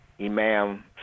imam